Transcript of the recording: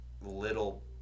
little